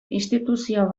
instituzio